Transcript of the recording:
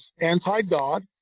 anti-God